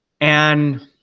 And-